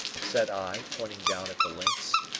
said i, pointing down at the links.